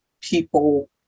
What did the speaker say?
people